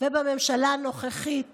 ובממשלה הנוכחית